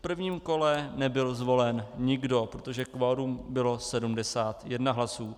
V prvním kole nebyl zvolen nikdo, protože kvorum bylo 71 hlasů.